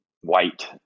White